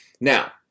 Now